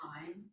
time